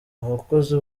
abakozi